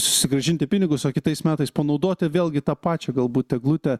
susigrąžinti pinigus o kitais metais panaudoti vėlgi tą pačią galbūt eglutę